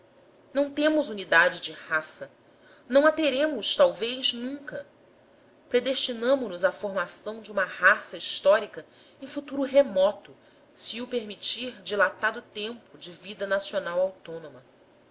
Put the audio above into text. não temos unidade de raça não a teremos talvez nunca predestinamo nos à formação de uma raça histórica em futuro remoto se o permitir dilatado tempo de vida nacional autônoma